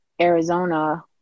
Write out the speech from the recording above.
Arizona